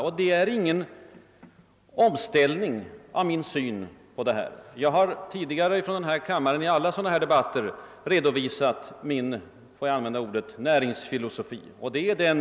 Det har alltså inte skett någon omställning i min syn på dessa frågor. Jag har tidigare i alla debatter av detta slag här i kammaren redovisat min, låt mig använda ordet näringslivsfilosofi.